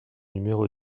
numéro